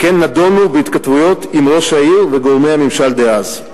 וכן נדונו בהתכתבויות עם ראש העיר ועם גורמי הממשל דאז.